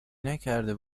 نکرده